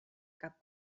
cap